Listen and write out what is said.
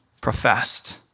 professed